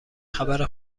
خبر